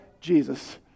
Jesus